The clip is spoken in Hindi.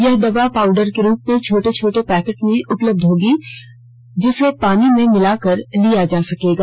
यह दवा पाउडर के रूप में छोटे छोटे पैकेट में उपलब्ध होगी जिसे पानी में मिलाकर लिया जा सकेगा